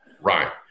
Right